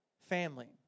family